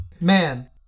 Man